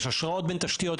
יש השראות בין תשתיות,